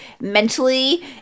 mentally